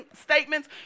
statements